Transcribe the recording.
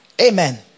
Amen